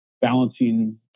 balancing